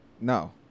No